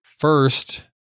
First